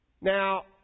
Now